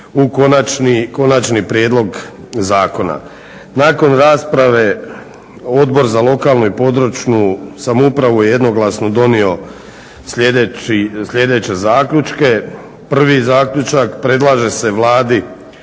u konačni prijedlog zakona. Nakon rasprave Odbor za lokalnu i područnu samoupravu je jednoglasno donio sljedeće zaključke. Prvi zaključak, predlaže se Vladi